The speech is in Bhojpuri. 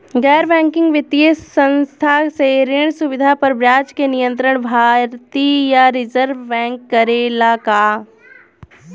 गैर बैंकिंग वित्तीय संस्था से ऋण सुविधा पर ब्याज के नियंत्रण भारती य रिजर्व बैंक करे ला का?